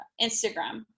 Instagram